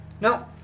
No